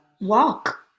walk